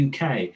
UK